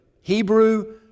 Hebrew